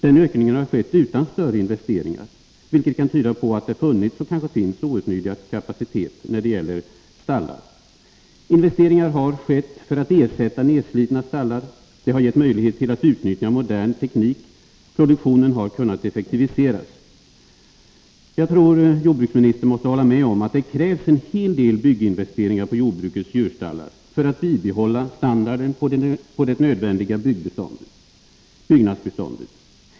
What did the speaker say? Den ökningen har skett utan större investeringar, vilket kan tyda på att det funnits och kanske finns outnyttjad kapacitet när det gäller stallar. Investeringar har skett för att ersätta nedslitna stallar. Det har gett möjlighet att utnyttja modern teknik. Produktionen har kunnat effektiviseras. Jag tror att jordbruksministern måste hålla med om att det krävs en hel del bygginvesteringar på jordbrukets djurstallar för att bibehålla standarden på det nödvändiga byggnadsbeståndet.